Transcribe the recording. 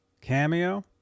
cameo